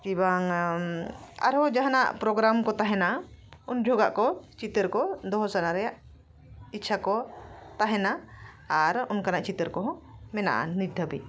ᱠᱤᱵᱟᱝ ᱟᱨᱦᱚᱸ ᱡᱟᱦᱟᱱᱟᱜ ᱯᱨᱳᱜᱨᱟᱢ ᱠᱚ ᱛᱟᱦᱮᱱᱟ ᱩᱱᱡᱚᱦᱚᱜᱟᱜ ᱠᱚ ᱪᱤᱛᱟᱹᱨ ᱠᱚ ᱫᱚᱦᱚ ᱥᱟᱱᱟ ᱨᱮᱱᱟᱜ ᱤᱪᱪᱷᱟ ᱠᱚ ᱛᱟᱦᱮᱱᱟ ᱟᱨ ᱚᱱᱠᱟᱱᱟᱜ ᱪᱤᱛᱟᱹᱨ ᱠᱚᱦᱚᱸ ᱢᱮᱱᱟᱜᱼᱟ ᱱᱤᱛ ᱫᱷᱟᱹᱵᱤᱡ